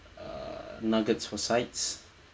uh nuggets for sides